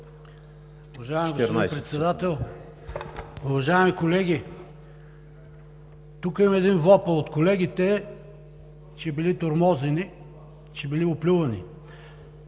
Уважаеми господин Председател, уважаеми колеги! Тук има един вопъл от колегите, че били тормозени, че били оплювани.